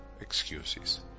excuses